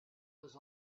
was